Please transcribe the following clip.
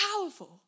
powerful